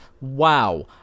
wow